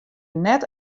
net